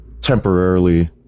temporarily